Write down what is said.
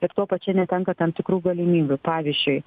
ir tuo pačiu netenka tam tikrų galimybių pavyzdžiui